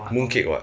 mooncake what